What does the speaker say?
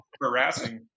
harassing